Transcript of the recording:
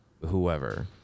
whoever